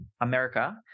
America